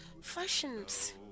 Fashions